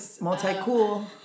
multi-cool